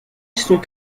sont